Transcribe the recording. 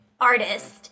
artist